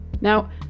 Now